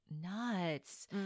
nuts